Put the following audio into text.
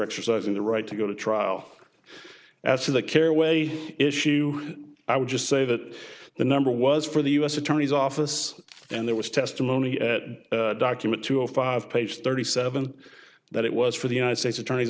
exercising their right to go to trial as to the caraway issue i would just say that the number was for the u s attorney's office and there was testimony a document to a five page thirty seven that it was for the united states attorney's